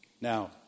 now